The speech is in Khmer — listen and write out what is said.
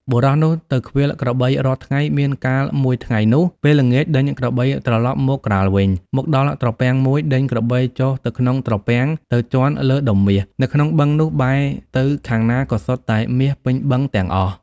បុរសនោះទៅឃ្វាលក្របីរាល់ថ្ងៃមានកាលមួយថ្ងៃនោះ ពេលល្ងាចដេញក្របីត្រឡប់មកក្រោលវិញ មកដល់ត្រពាំងមួយដេញក្របីចុះទៅក្នុងត្រពាំងទៅជាន់លើដុំមាស នៅក្នុងបឹងនោះបែរទៅខាងណាក៏សុទ្ធតែមាសពេញបឹងទាំងអស់ ។